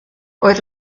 oedd